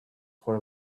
for